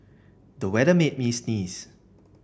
the weather made me sneeze